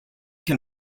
can